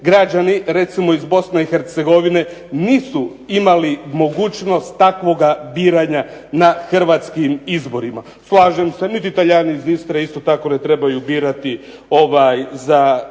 građani recimo iz BiH nisu imali mogućnost takvoga biranja na hrvatskim izborima. Slažem se niti Talijani iz Istre isto tako ne trebaju birati za